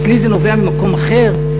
אצלי זה נובע ממקום אחר.